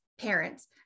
parents